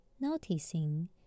Noticing